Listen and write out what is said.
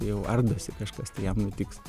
jau ardosi kažkas tai jam nutiks